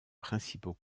principaux